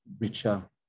richer